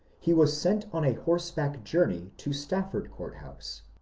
he was sent on a horseback journey to stafford court house.